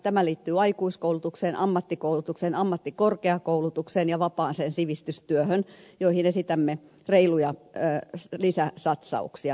tämä liittyy aikuiskoulutukseen ammattikoulutukseen ammattikorkeakoulutukseen ja vapaaseen sivistystyöhön joihin esitämme reiluja lisäsatsauksia kaikkinensa